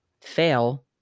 fail